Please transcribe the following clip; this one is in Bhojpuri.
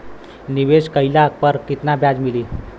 निवेश काइला पर कितना ब्याज मिली?